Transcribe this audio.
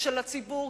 של הציבור,